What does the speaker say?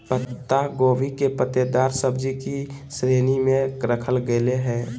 पत्ता गोभी के पत्तेदार सब्जि की श्रेणी में रखल गेले हें